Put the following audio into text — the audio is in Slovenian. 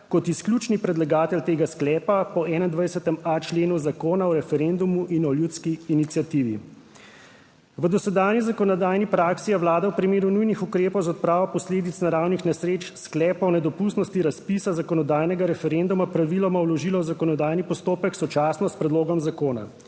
kot izključni predlagatelj tega sklepa po 21.a členu zakona o referendumu in o ljudski iniciativi. V dosedanji zakonodajni praksi je Vlada v primeru nujnih ukrepov za odpravo posledic naravnih nesreč sklepa o nedopustnosti razpisa zakonodajnega referenduma praviloma vložila v zakonodajni postopek sočasno s predlogom zakona.